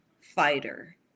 fighter